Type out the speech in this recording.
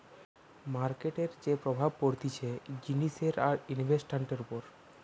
মার্কেটের যে প্রভাব পড়তিছে জিনিসের আর ইনভেস্টান্টের উপর